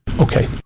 Okay